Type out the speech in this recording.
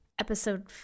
episode